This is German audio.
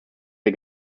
wir